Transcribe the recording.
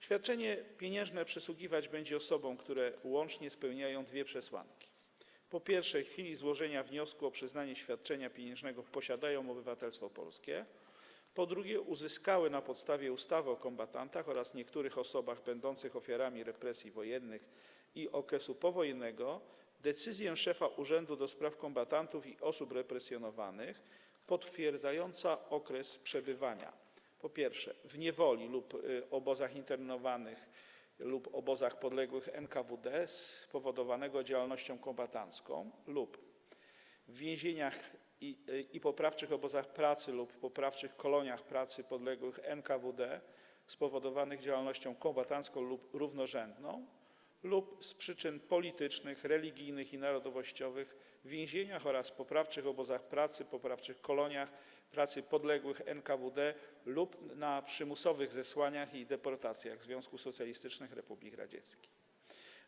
Świadczenie pieniężne przysługiwać będzie osobom, które łącznie spełniają dwie przesłanki: po pierwsze, w chwili złożenia wniosku o przyznanie świadczenia pieniężnego posiadają obywatelstwo polskie, po drugie, uzyskały na podstawie ustawy o kombatantach oraz niektórych osobach będących ofiarami represji wojennych i okresu powojennego decyzję szefa Urzędu do Spraw Kombatantów i Osób Represjonowanych potwierdzającą okres przebywania w niewoli lub obozach internowanych, lub obozach podległych NKWD, spowodowanego działalnością kombatancką, lub w więzieniach i poprawczych obozach pracy lub poprawczych koloniach pracy podległych NKWD, spowodowanego działalnością kombatancką lub równorzędną, lub z przyczyn politycznych, religijnych i narodowościowych w więzieniach oraz poprawczych obozach pracy, poprawczych koloniach pracy podległych NKWD lub na przymusowych zesłaniach w Związku Socjalistycznych Republik Radzieckich i deportacji tam.